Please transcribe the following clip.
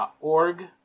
org